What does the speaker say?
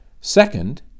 Second